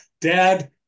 dad